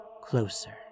closer